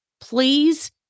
Please